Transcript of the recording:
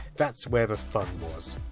that's where the fun was.